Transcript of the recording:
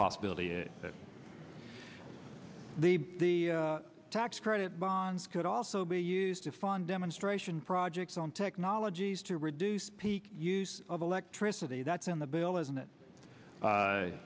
possibility that the tax credit bonds could also be used to fund demonstration projects on technologies to reduce peak use of electricity that's in the bill isn't it